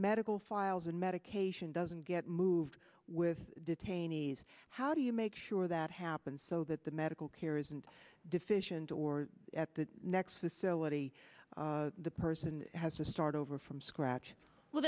medical files and medication doesn't get moved with detainees how do you make sure that happens so that the medical care isn't deficient or at the next facility the person has to start over from scratch